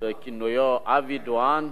שכינויו אבי דואן.